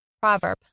Proverb